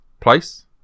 place